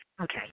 Okay